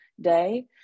day